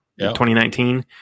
2019